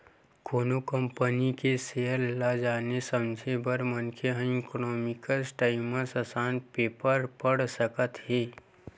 कोनो कंपनी के सेयर ल जाने समझे बर मनखे ह इकोनॉमिकस टाइमस असन पेपर पड़ सकत हे